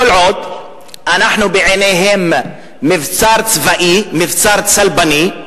כל עוד אנחנו בעיניהם מבצר צבאי, מבצר צלבני,